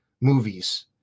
movies